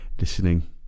listening